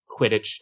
Quidditch